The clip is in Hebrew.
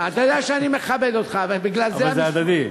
אבל זה הדדי.